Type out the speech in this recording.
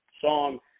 song